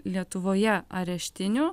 lietuvoje areštinių